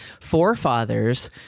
forefathers